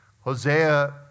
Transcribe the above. Hosea